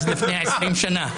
אז לפני עשרים שנה.